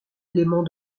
élément